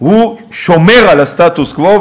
הוא שומר על הסטטוס-קוו,